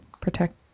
protect